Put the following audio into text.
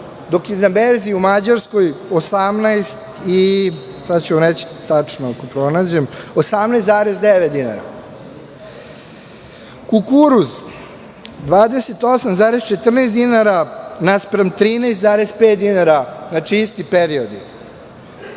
dok je na berzi u Mađarskoj 18,9 dinara. Kukuruz 28,14 dinara naspram 13,5 dinara, radi se o istom periodu.